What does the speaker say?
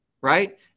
right